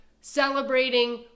celebrating